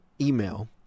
email